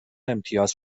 امتیاز